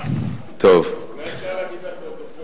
אולי אפשר להגיד לפרוטוקול,